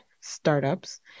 startups